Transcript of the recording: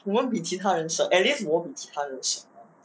我们比其他人省 a least 我比其他人省